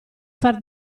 far